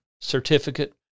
certificate